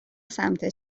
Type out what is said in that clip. سمت